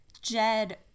Jed